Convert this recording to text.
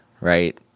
Right